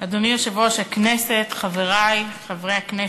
אדוני יושב-ראש הכנסת, חברי חברי הכנסת,